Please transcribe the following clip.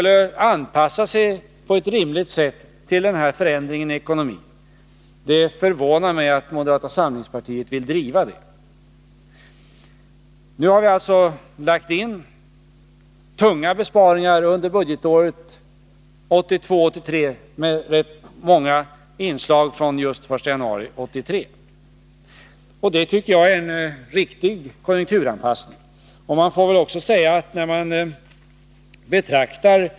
Det förvånar mig att moderata samlingspartiet vill driva tesen, att man inte skulle på ett rimligt sätt anpassa sig efter denna förändring i ekonomin. Nu har vi lagt in tunga besparingar under budgetåret 1982/83, med många inslag från just den 1 januari 1983. Det tycker jag är en riktig konjunkturanpassning.